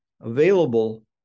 available